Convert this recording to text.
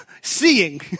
seeing